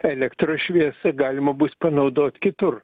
elektros šviesą galima bus panaudot kitur